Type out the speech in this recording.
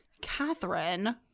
Catherine